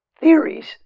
theories